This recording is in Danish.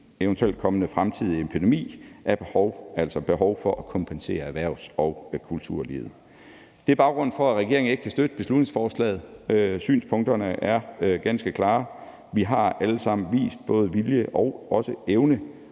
eventuelt kommende epidemi er behov for at kompensere erhvervs- og kulturlivet. Det er baggrunden for, at regeringen ikke kan støtte beslutningsforslaget. Synspunkterne er ganske klare. Vi har alle sammen vist både vilje og også